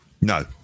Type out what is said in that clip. No